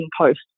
Post